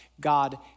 God